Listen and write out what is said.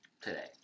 today